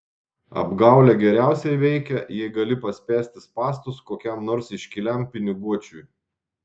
apgaulė geriausiai veikia jei gali paspęsti spąstus kokiam nors iškiliam piniguočiui